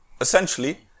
essentially